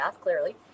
clearly